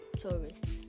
tourists